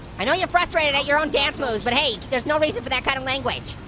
i know you're frustrated at your own dance moves, but hey there's no reason for that kind of language.